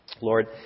Lord